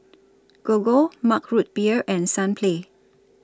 Gogo Mug Root Beer and Sunplay